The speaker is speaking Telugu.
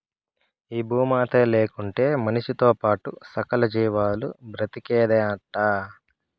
ఈ భూమాతే లేకుంటే మనిసితో పాటే సకల జీవాలు బ్రతికేదెట్టా